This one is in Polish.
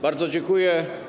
Bardzo dziękuję.